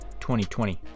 2020